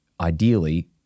ideally